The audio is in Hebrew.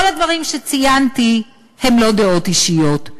כל הדברים שציינתי הם לא דעות אישיות,